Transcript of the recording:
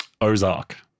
Ozark